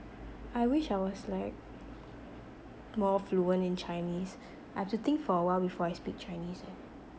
I wish I was like more fluent in chinese I have to think for a while before I speak chinese